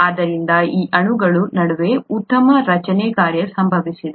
ಆದ್ದರಿಂದ ಈ ಅಣುಗಳ ನಡುವೆ ಉತ್ತಮ ರಚನೆ ಕಾರ್ಯ ಸಂಬಂಧವಿದೆ